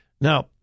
Now